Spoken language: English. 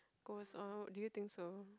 goes on do you think so